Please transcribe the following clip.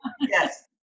Yes